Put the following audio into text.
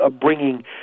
bringing